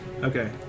Okay